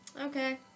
Okay